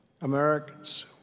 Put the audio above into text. Americans